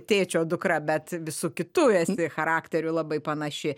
tėčio dukra bet visu kitu esi charakteriu labai panaši